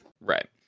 Right